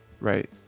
right